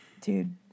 Dude